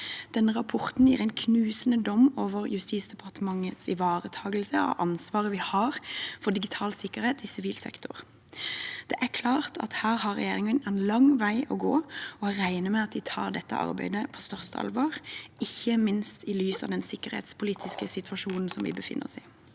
Denne rapporten gir en knusende dom over Justisdepartementets ivaretakelse av ansvaret de har for digital sikkerhet i sivil sektor. Det er klart at her har regjeringen en lang vei å gå, og jeg regner med at de tar dette arbeidet på største alvor, ikke minst i lys av den sikkerhetspolitiske situasjonen vi befinner oss i.